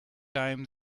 time